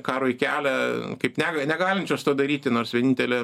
karui kelią kaip negalią negalinčios to daryti nors vienintelė